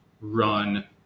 run